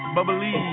Bubbly